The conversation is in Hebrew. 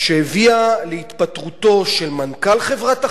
שהביאה להתפטרותו של מנכ"ל חברת החדשות,